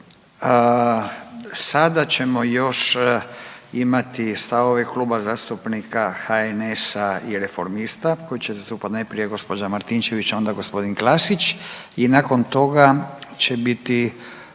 Sada ćemo još imati stavove Kluba zastupnika HNS-a i Reformista koje će zastupat najprije gđa. Martinčević, onda g. Klasić i nakon toga će biti